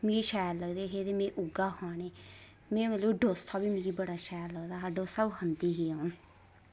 मिगी शैल लगदे हे ते में उ'ऐ खाने में मतलब डोसा बी मिकी बड़ा शैल लगदा हा डोसा बी खंदी ही अ'ऊं